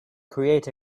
create